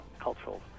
cultural